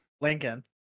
Lincoln